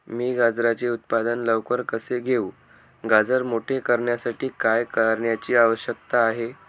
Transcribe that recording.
मी गाजराचे उत्पादन लवकर कसे घेऊ? गाजर मोठे करण्यासाठी काय करण्याची आवश्यकता आहे?